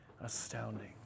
astounding